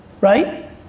right